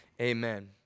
Amen